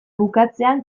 bukatzean